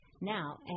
now